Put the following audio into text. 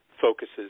focuses